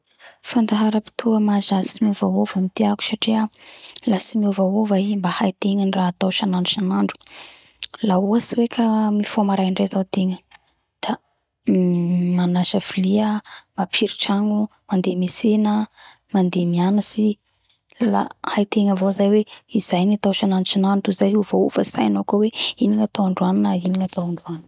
Fandaharapotoa mahazatsy miovaova tiako satria tiako satria la tsy miovaova i mba haitegna raha atao sanandrosanadro. La ohatsy hoe ka mifoa maraindray zao tegna da manasa vilia mapiritragno mandeha metsena mandeha mianatsy. La haitegna avao zay hoe izay gntao sanandrosanandro toy izay hiovahiova tsy hainao koa hoe ino koa ny atao androany na ino koa koa gnatao androany